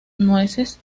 nueces